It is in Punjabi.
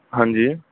ਹਾਂਜੀ